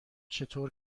چطور